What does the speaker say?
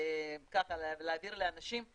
להעביר לאנשים,